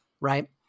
Right